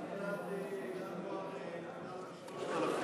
מתחילת ינואר, למעלה מ-3,000.